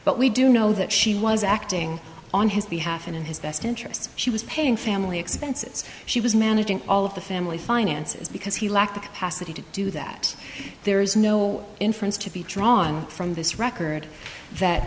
but we do know that she was acting on his behalf and in his best interests she was paying family expenses she was managing all of the family finances because he lacked the capacity to do that there is no inference to be drawn from this record that